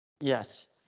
yes